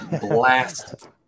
Blast